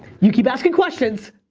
you keep asking questions,